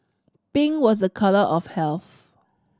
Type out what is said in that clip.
pink was a colour of health